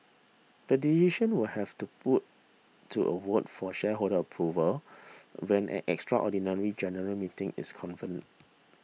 the decision will have to put to a vote for shareholder approval when an extraordinary general meeting is convened